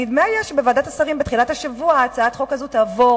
נדמה היה בתחילת השבוע שהצעת החוק הזאת תעבור,